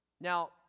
Now